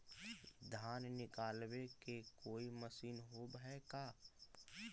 धान निकालबे के कोई मशीन होब है का?